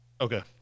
okay